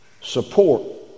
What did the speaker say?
support